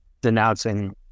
denouncing